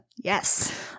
Yes